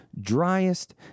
driest